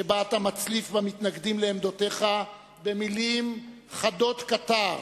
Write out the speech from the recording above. שבה אתה מצליף במתנגדים לעמדותיך במלים חדות כתער,